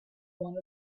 one